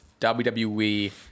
wwe